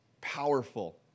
powerful